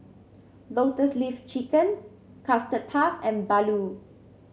Lotus Leaf Chicken Custard Puff and